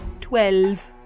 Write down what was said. twelve